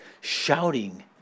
shouting